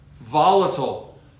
volatile